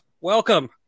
Welcome